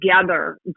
together